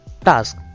task